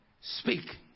speak